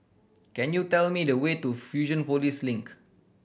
can you tell me the way to Fusionopolis Link